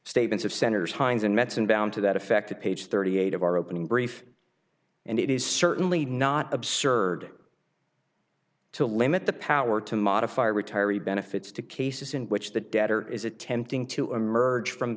statements of senators heinz and metzenbaum to that effect page thirty eight of our opening brief and it is certainly not absurd to limit the power to modify retiree benefits to cases in which the debtor is attempting to emerge from